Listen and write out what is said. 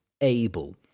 able